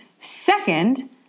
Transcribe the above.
Second